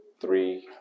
three